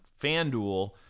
FanDuel